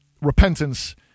Repentance